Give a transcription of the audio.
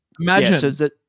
imagine